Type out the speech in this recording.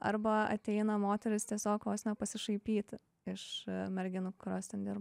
arba ateina moterys tiesiog vos ne pasišaipyti iš merginų kurios ten dirba